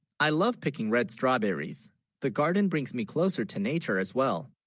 i love picking red, strawberries the garden brings me closer to nature as, well